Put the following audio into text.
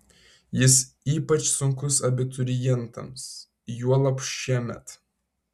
jis ypač sunkus abiturientams juolab šiemet